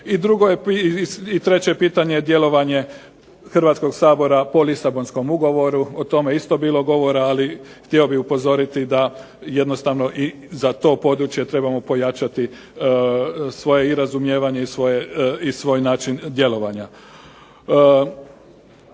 I treće je pitanje djelovanje Hrvatskog sabora po Lisabonskom ugovoru. O tome je isto bilo govora, ali htio bih upozoriti da jednostavno i za to područje trebamo pojačati svoje i razumijevanje i svoj način djelovanja.